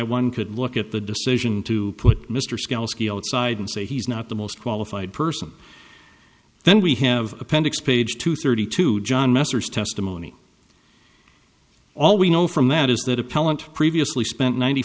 one could look at the decision to put mr scales side and say he's not the most qualified person then we have appendix page two thirty two john messrs testimony all we know from that is that appellant previously spent ninety